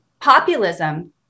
populism